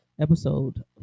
Episode